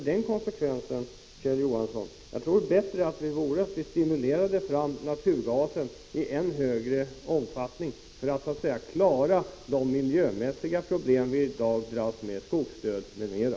Det vore bättre att stimulera användningen av naturgas i än större omfattning för att klara de miljömässiga problem som vi dras med — skogsstöd m.m.